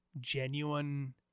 genuine